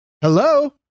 Hello